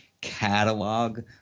catalog